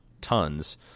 tons